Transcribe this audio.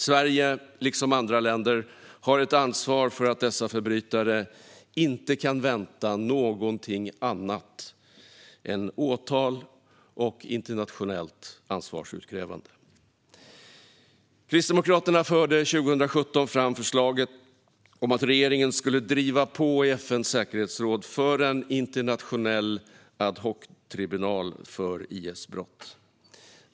Sverige har liksom andra länder ett ansvar för att dessa förbrytare inte ska kunna vänta sig något annat än åtal och internationellt ansvarsutkrävande. Kristdemokraterna förde 2017 fram förslaget om att regeringen skulle driva på i FN:s säkerhetsråd för en internationell ad hoc-tribunal för IS-brott.